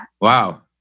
Wow